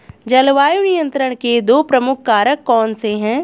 जलवायु नियंत्रण के दो प्रमुख कारक कौन से हैं?